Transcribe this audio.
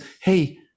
Hey